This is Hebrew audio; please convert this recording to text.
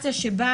סיטואציה שבה